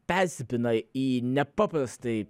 persipina į nepaprastai